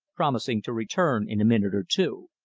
promising to return in a minute or two.